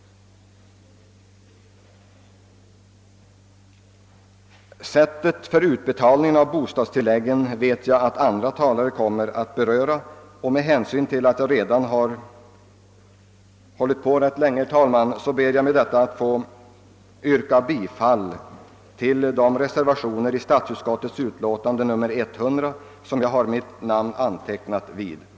Sättet för utbetalningen av bostadstilläggen kommer andra talare att här beröra, och med hänsyn till att jag redan har talat ganska länge ber jag nu att med det anförda få yrka bifall till de reservationer i statsutskottets utlåtande nr 100 vid vilka mitt namn finns antecknat. Herr talman!